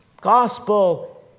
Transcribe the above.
gospel